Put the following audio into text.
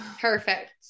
Perfect